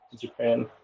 Japan